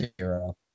zero